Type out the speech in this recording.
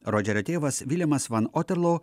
rodžerio tėvas vilemas van otterloo